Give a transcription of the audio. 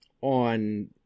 on